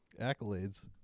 accolades